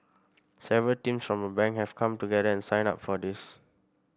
several teams from a bank have come together and signed up for this